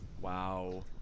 Wow